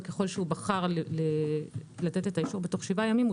וככל שהוא בחר לתת את האישור תוך שבעה ימים הוא